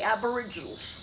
Aboriginals